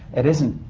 it isn't.